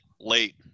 late